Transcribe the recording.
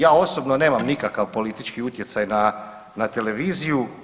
Ja osobno nemam nikakav politički utjecaj na televiziju.